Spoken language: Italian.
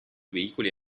veicoli